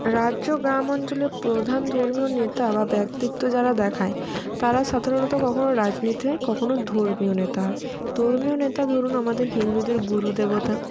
রাজ্য গ্রাম অঞ্চলে প্রধান ধর্মীয় নেতা বা ব্যক্তিত্ব যারা দেখায় তারা সাধারণত কখনও রাজনীতি হয় কখনও ধর্মীয় নেতা হয় ধর্মীয় নেতা ধরুন আমাদের হিন্দুদের গুরু দেবতা